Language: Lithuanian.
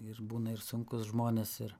ir būna ir sunkus žmonės ir